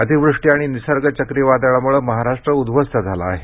अतिवृष्टी आणि निसर्ग चक्रिवादळाम्ळे महाराष्ट्र उध्वस्त झाला आहे